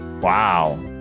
Wow